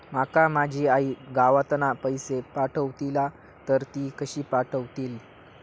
माका माझी आई गावातना पैसे पाठवतीला तर ती कशी पाठवतली?